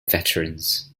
veterans